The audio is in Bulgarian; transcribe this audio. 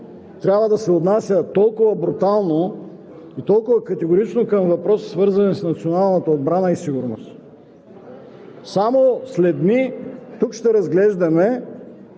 трябва да се отнася толкова брутално и толкова категорично към въпроси, свързани с националната отбрана и сигурност. Само след дни тук ще разглеждаме